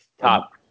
top